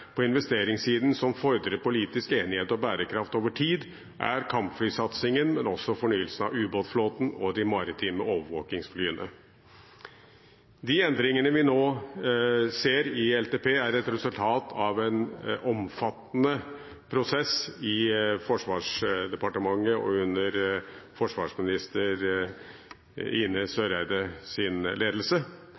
på investeringssiden som fordrer politisk enighet og bærekraft over tid, er kampflysatsingen, men også fornyelse av ubåtflåten og de maritime overvåkingsflyene. De endringene vi nå ser i LTP, er et resultat av en omfattende prosess i Forsvarsdepartementet under forsvarsminister Ine M. Eriksen Søreides ledelse.